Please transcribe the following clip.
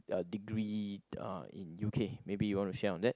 a degree uh in U_K maybe you want to share on that